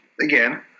again